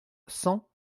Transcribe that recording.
cent